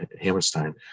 hammerstein